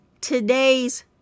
today's